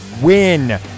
win